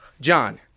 John